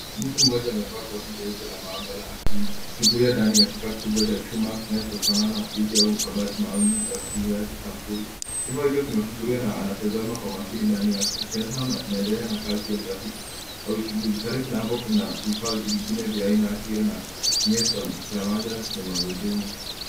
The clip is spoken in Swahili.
Mtu mmoja amevaa koti jeupe la maabara akichungulia ndani ya kifaa kikubwa cha chuma kinachofanana na friji au kabati maalum la kuhifadhi sampuli. Kifaa hicho kimefunguliwa na anatazama kwa makini ndani yake akionyesha anaendelea na kazi ya utafiti au uchunguzi. Karibu na hapo kuna vifaa vingine vya aina hiyo na kinyesi cha manjala chenye magurudumu.